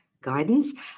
guidance